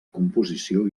composició